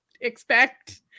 expect